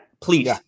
please